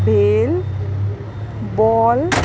भेल बॉल